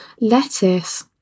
Lettuce